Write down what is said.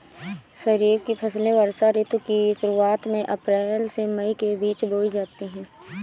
खरीफ की फसलें वर्षा ऋतु की शुरुआत में अप्रैल से मई के बीच बोई जाती हैं